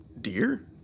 Dear